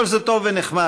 כל זה טוב ונחמד,